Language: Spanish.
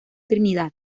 trinidad